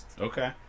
Okay